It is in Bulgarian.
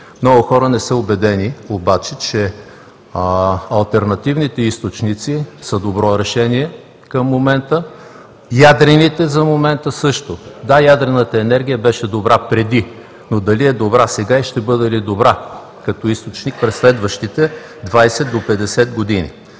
Много хора не са убедени обаче, че алтернативните източници са добро решение към момента. Ядрените за момента – също. Да, ядрената енергия беше добра преди, но дали е добра сега и ще бъде ли добра като източник през следващите 20 до 50 години?!